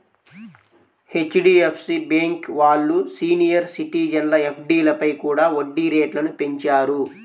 HDFC bank వాళ్ళు సీనియర్ సిటిజన్ల ఎఫ్డీలపై కూడా వడ్డీ రేట్లను పెంచారు